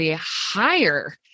higher